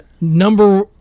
number